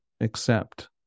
accept